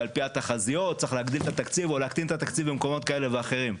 ועל פי התחזיות צריך להגדיל או להקטין את התקציב במקומות כאלה ואחרים.